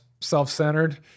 self-centered